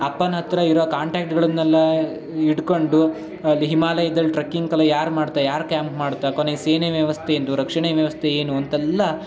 ಅಪ್ಪನ ಹತ್ತಿರ ಇರೋ ಕಾಂಟ್ಯಾಕ್ಟ್ಗಳನ್ನೆಲ್ಲ ಇಟ್ಕೊಂಡು ಅಲ್ಲಿ ಹಿಮಾಲಯದಲ್ಲಿ ಟ್ರಕ್ಕಿಂಗ್ಗೆಲ್ಲ ಯಾರು ಮಾಡ್ತಾ ಯಾರು ಕ್ಯಾಂಪ್ ಮಾಡ್ತಾ ಕೊನೆಗೆ ಸೇನೆ ವ್ಯವಸ್ಥೆ ಎಂದು ರಕ್ಷಣೆ ವ್ಯವಸ್ಥೆ ಏನು ಅಂತೆಲ್ಲ